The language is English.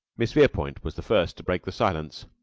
miss verepoint was the first to break the silence.